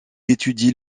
étudie